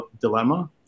dilemma